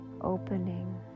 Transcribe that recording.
opening